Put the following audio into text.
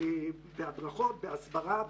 בהסברה וכו'.